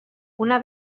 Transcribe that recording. una